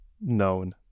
known